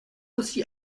aussi